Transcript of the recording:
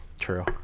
True